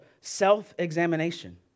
self-examination